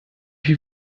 viel